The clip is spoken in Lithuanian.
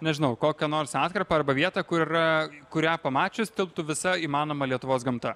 nežinau kokią nors atkarpą arba vietą kur yra kurią pamačius tilptų visa įmanoma lietuvos gamta